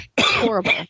horrible